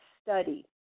study